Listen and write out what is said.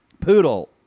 Poodle